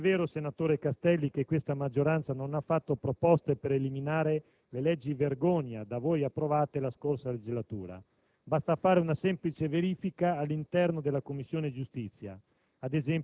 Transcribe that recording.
I gravissimi problemi che sono sotto gli occhi di tutti sono quelli relativi alla inaccettabile lentezza dei processi, penali e civili; alla non certezza della pena in materia penale e civile;